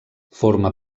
forma